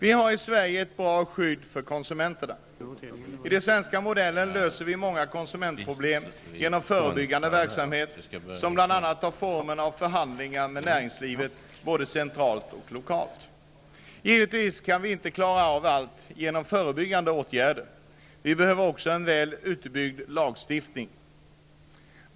I Sverige finns det ett bra skydd för konsumenterna. I den svenska modellen löses många konsumentproblem genom förebyggande verksamhet, som bl.a. har formen av förhandlingar med näringslivet både centralt och lokalt. Givetvis kan vi inte klara av allt genom förebyggande åtgärder. Det behövs också en väl utbyggd lagstiftning.